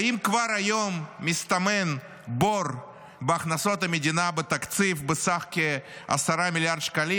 האם כבר היום מסתמן בור בהכנסות המדינה בתקציב בסך כ-10 מיליארד שקלים,